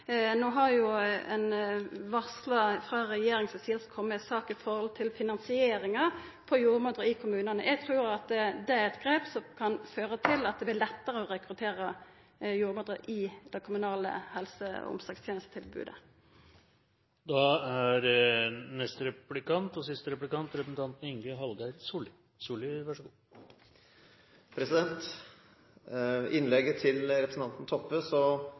No har ein frå regjeringa si side varsla at ein skal koma med ei sak i forhold til finansieringa av jordmødrer i kommunane. Eg trur det er eit grep som kan føra til at det blir lettare å rekruttera jordmødrer i det kommunale helse- og omsorgstenestetilbodet. I innlegget til representanten Toppe